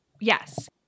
Yes